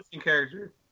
character